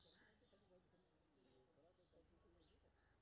समाजिक काम करें खातिर केतना योग्यता होते?